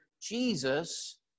Jesus